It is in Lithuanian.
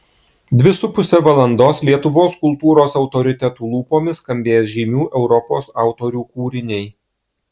dvi su puse valandos lietuvos kultūros autoritetų lūpomis skambės žymių europos autorių kūriniai